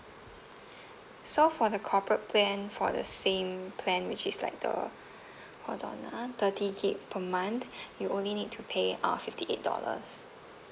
so for the corporate plan for the same plan which is like the hold on ah thirty GIG per month you only need to pay uh fifty eight dollars